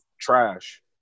trash